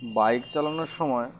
bike চালানোর সময়